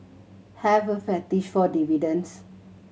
have a fetish for dividends